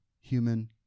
human